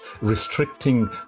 restricting